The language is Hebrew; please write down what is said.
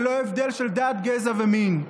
ללא הבדלים של דת, גזע ומין.